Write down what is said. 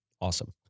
Awesome